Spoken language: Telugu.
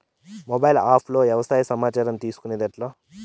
మొబైల్ ఆప్ లో వ్యవసాయ సమాచారం తీసుకొనేది ఎట్లా?